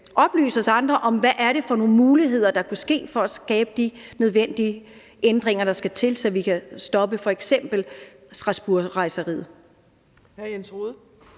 oplyse os andre om, hvad det er for nogle muligheder, der kan være, for at skabe de nødvendige ændringer, der skal til, så vi f.eks. kan stoppe Strasbourgrejseriet.